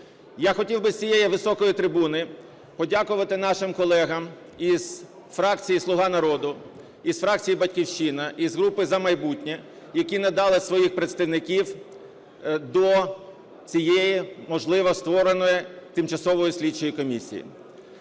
Я хотів би з цієї високої трибуни подякувати нашим колегам із фракції "Слуга народу", із фракції "Батьківщина", із групи "За майбутнє", які надали своїх представників до цієї, можливо, створеної Тимчасової слідчої комісії.